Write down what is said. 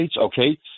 okay